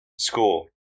school